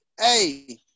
hey